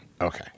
Okay